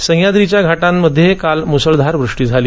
सह्याद्रीच्या घाटांमध्ये काल मुसळधार वृष्टी झाली